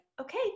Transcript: okay